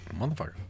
motherfucker